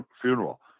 funeral